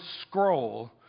scroll